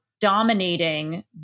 dominating